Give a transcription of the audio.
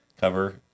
cover